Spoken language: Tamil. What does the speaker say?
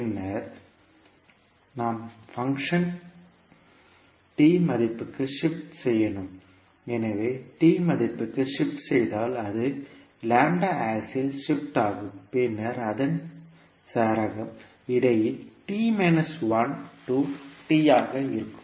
பின்னர் நாம் ஃபங்ஷன் மதிப்புக்கு ஷிப்ட் செய்யணும் எனவே மதிப்புக்கு ஷிப்ட் செய்தால் அது ஆக்சிஸ் ஷிப்ட் ஆகும் பின்னர் அதன் சரகம் இடையில் to ஆக இருக்கும்